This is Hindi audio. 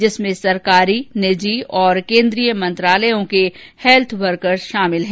जिसमें सरकारी निजी और केन्द्रीय मंत्रालयों के हैल्थ वर्कर्स शामिल हैं